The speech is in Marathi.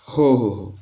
हो हो हो